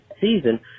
season